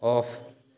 off